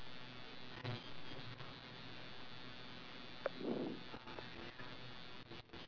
I I actually hand pick the parts that I really want in my computer hand pick it